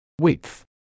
Width